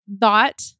Thought